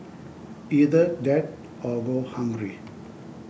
either that or go hungry